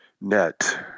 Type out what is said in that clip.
net